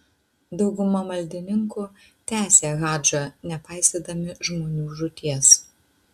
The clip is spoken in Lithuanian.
dauguma maldininkų tęsė hadžą nepaisydami žmonių žūties